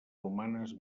romanes